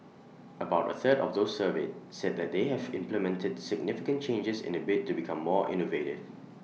about A third of those surveyed said that they have implemented significant changes in A bid to become more innovative